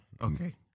Okay